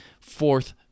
fourth